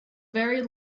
very